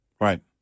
Right